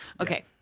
Okay